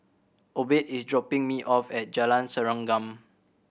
Obed is dropping me off at Jalan Serengam